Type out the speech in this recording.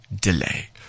delay